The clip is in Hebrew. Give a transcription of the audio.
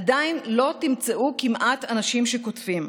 עדיין לא תמצאו כמעט אנשים שקוטפים,